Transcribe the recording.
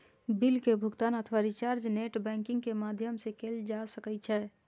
bill के भुगातन अथवा रिचार्ज नेट बैंकिंग के माध्यम सं कैल जा सकै छै